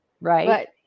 Right